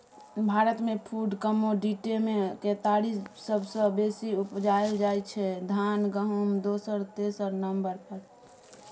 भारतमे फुड कमोडिटीमे केतारी सबसँ बेसी उपजाएल जाइ छै धान गहुँम दोसर तेसर नंबर पर